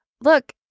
look